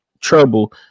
trouble